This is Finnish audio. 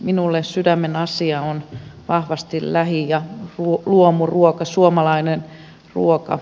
minulle sydämenasia on vahvasti lähi ja luomuruoka suomalainen ruoka